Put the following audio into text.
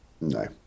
No